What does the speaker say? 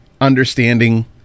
understanding